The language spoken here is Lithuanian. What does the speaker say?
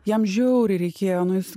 jam žiauriai reikėjo nu jis